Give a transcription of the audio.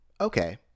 Okay